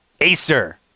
Acer